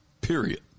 period